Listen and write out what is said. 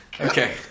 Okay